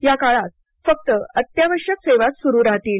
या काळात फक्त अत्यावश्यक सेवाच सुरू राहतील